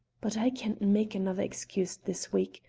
but i can't make another excuse this week.